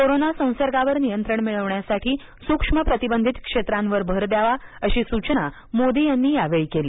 corona संसर्गावर नियंत्रण मिळवण्यासाठी सूक्ष्म प्रतिबंधित क्षेत्रांवर भर द्यावा अशी सूचना मोदी यांनी यावेळी केली